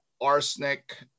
arsenic